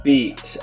Beat